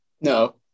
No